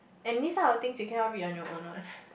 and these types of things you cannot read on your own one